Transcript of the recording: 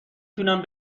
تونن